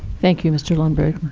thank you, mr. lundberg.